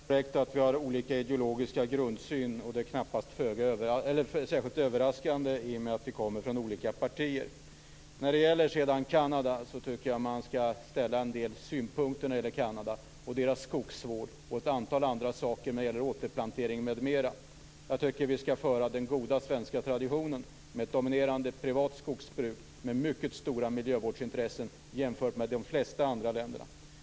Fru talman! Det är alldeles korrekt att vi har olika ideologisk grundsyn. Det är inte särskilt överraskande, eftersom vi tillhör olika partier. Vad gäller Kanada tycker jag att man kan ha en del synpunkter på Kanadas skogsvård, återplantering m.m. Vi bör föra den goda svenska traditionen med ett dominerande privat skogsbruk, som jämfört med de flesta andra länder har mycket stora miljövårdsintressen.